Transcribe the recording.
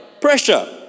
pressure